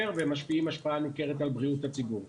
והם משפיעים השפעה ניכרת על בריאות הציבור.